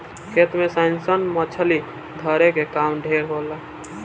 खेत मे अइसन मछली धरे के काम ढेर होला